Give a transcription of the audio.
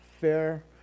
fair